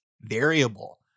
Variable